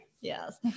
yes